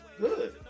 Good